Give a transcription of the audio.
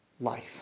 life